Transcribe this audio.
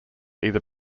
either